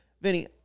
Vinny